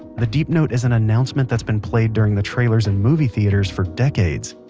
the deep note is an announcement that's been played during the trailers in movie theaters for decades.